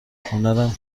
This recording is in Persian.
هنرم